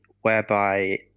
whereby